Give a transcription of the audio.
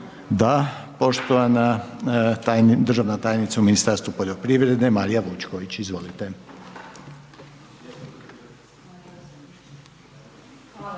Da, poštovana državna tajnica u Ministarstvu poljoprivrede Marija Vučković. Izvolite.